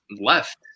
left